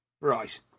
Right